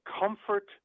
comfort